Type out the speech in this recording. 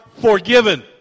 forgiven